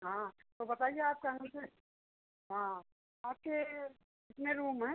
हाँ तो बताईए आप हाँ आपके कितने रूम हैं